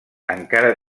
encara